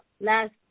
last